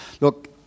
Look